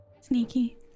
Sneaky